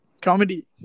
Comedy